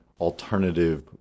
alternative